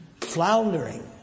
floundering